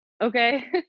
okay